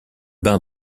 bain